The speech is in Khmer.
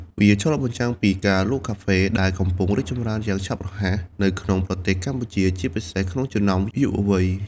វាឆ្លុះបញ្ចាំងពី ការលក់កាហ្វេ ដែលកំពុងរីកចម្រើនយ៉ាងឆាប់រហ័សនៅក្នុងប្រទេសកម្ពុជា ជាពិសេសក្នុងចំណោមយុវវ័យ។